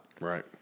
Right